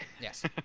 Yes